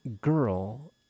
girl